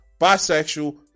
bisexual